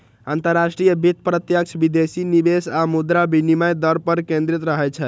अंतरराष्ट्रीय वित्त प्रत्यक्ष विदेशी निवेश आ मुद्रा विनिमय दर पर केंद्रित रहै छै